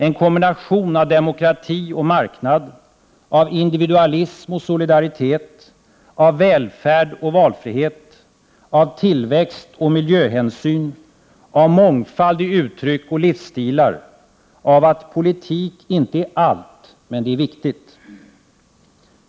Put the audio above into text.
En kombination av demokrati och marknad, av individualism och solidaritet, av välfärd och valfrihet, av tillväxt och miljöhänsyn, av mångfald i uttryck och livsstilar, av att politik inte är allt men att det är viktigt.